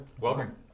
Welcome